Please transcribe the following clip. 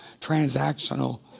transactional